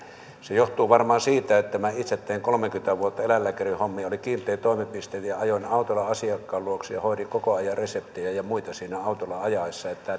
se johtuu varmaan siitä että minä itse tein kolmekymmentä vuotta eläinlääkärin hommia oli kiinteä toimipiste ja ajoin autolla asiakkaan luokse ja hoidin koko ajan reseptejä ja ja muita siinä autolla ajaessa